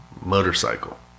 motorcycle